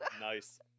Nice